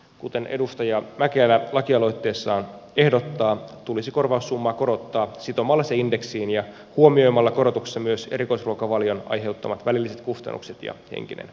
kuten edustaja mäkelä lakialoitteessaan ehdottaa tulisi korvaussumma korottaa sitomalla se indeksiin ja huomioimalla korotuksissa myös erikoisruokavalion aiheuttamat välilliset kustannukset ja henkinen kuormitus